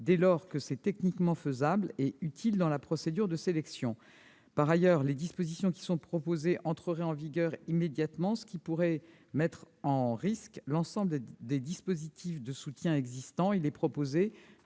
dès lors qu'ils sont techniquement faisables et utiles dans la procédure de sélection. Par ailleurs, les dispositions proposées entreraient en vigueur immédiatement, faisant peser un risque sur l'ensemble des dispositifs de soutien français. Il est prévu